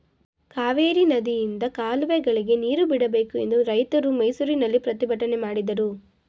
ಕಾವೇರಿ ನದಿಯಿಂದ ಕಾಲುವೆಗಳಿಗೆ ನೀರು ಬಿಡಬೇಕು ಎಂದು ರೈತರು ಮೈಸೂರಿನಲ್ಲಿ ಪ್ರತಿಭಟನೆ ಮಾಡಿದರು